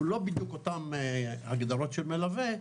הוא לא בדיוק אותם הגדרות של מלווה,